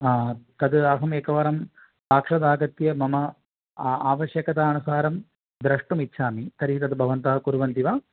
हा तद् अहमेकवारं साक्षादागत्य मम आवश्यकतानुसारं द्रष्टुमिच्छामि तर्हि तद्भवन्तः कुर्वन्ति वा